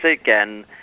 again